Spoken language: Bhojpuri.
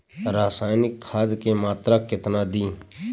रसायनिक खाद के मात्रा केतना दी?